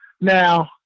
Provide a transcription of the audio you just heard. Now